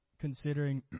considering